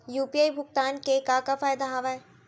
UPI भुगतान के का का फायदा हावे?